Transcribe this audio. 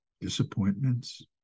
disappointments